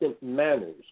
manners